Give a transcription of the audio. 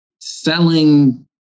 selling